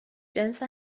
جنس